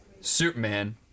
Superman